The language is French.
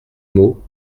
mots